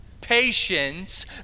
patience